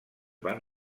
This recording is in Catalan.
van